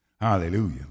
Hallelujah